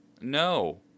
No